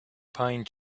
pine